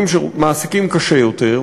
מעסיקים קשה יותר,